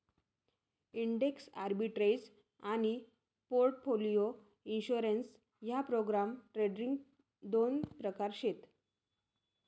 index arbitrage आनी portfolio insurance ह्या program trading दोन प्रकार शेत